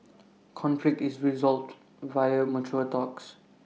conflict is resolved via mature talks